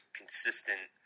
consistent